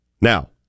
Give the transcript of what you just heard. Now